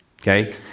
Okay